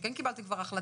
או שכן קיבלתם כבר החלטה,